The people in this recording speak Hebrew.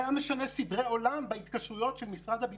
אדוני יושב-ראש הוועדה, לרמה הזאת הגענו.